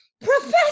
Professor